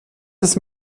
des